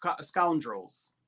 scoundrels